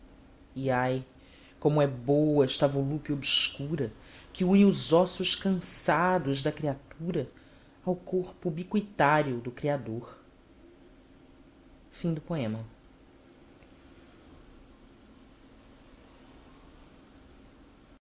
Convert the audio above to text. e ai como é boa esta volúpia obscura que une os ossos cansados da criatura ao corpo ubiqüitário do criador o